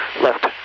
left